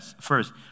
first